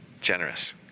generous